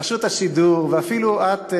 רשות השידור ואפילו את,